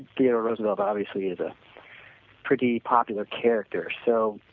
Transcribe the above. theodore roosevelt obviously is a pretty popular character. so,